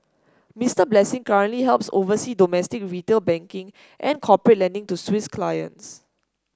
Mister Blessing currently helps oversee domestic retail banking and corporate lending to Swiss clients